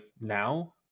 now